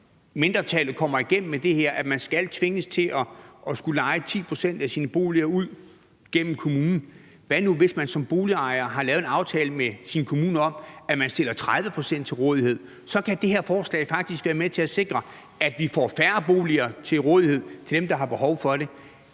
mindretallet kommer igennem med det her om, at man skal tvinges til at skulle leje 10 pct. af sine boliger ud gennem kommunen. Hvad nu, hvis man som boligejer har lavet en aftale med sin kommune om, at man stiller 30 pct. til rådighed? Så kan det her forslag faktisk være med til at sikre, at vi får færre boliger til rådighed for dem, der behov for det.